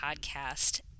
podcast